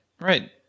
Right